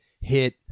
hit